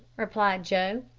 replied joe.